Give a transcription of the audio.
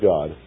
God